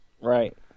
Right